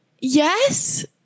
Yes